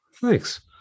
Thanks